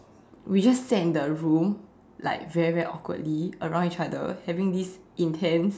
we just sat in the room like very very awkwardly around each other having this intense